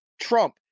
Trump